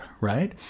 right